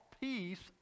peace